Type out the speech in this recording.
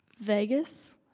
Vegas